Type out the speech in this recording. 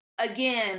Again